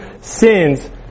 sins